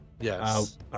Yes